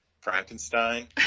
frankenstein